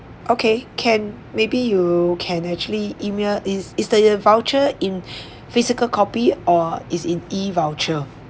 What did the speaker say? okay can maybe you can actually email is is the the voucher in physical copy or is in E-voucher